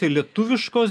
tai lietuviškos